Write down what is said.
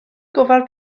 gofal